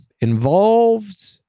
involved